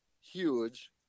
huge